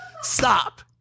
Stop